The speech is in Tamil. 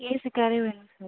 ஏசி காரே வேணுங்க சார்